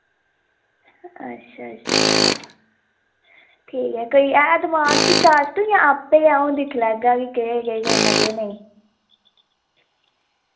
अच्छा अच्छा ठीक ऐ कोई है दमाक च स्टाल जां आप्पें गै अऊं दिक्खी लैगा कि केह् केह् करना केह् नेईं